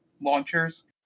launchers